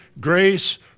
grace